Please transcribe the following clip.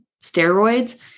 steroids